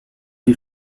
die